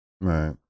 Right